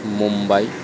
Mumbai